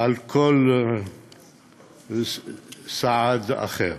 על כל סעד אחר.